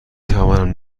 توانم